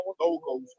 logos